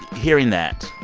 hearing that,